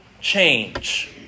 change